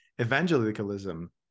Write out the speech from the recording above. evangelicalism